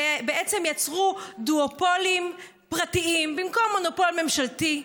שבעצם יצרו דואופולים פרטיים במקום מונופול ממשלתי.